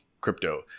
crypto